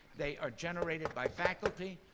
they are generated by faculty,